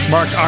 Mark